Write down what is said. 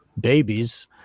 babies